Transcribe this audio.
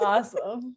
Awesome